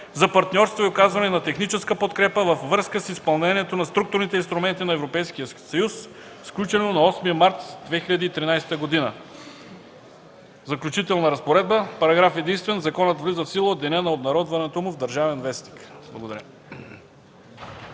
за партньорство и оказване на техническа подкрепа във връзка с изпълнението на структурните инструменти на Европейския съюз, сключено на 8 март 2013 г. Заключителна разпоредба Параграф единствен. Законът влиза в сила от деня на обнародването му в “Държавен вестник”.” Благодаря.